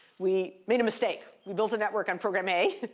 we made a mistake. we built a network on program a,